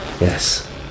yes